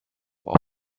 auf